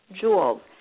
jewels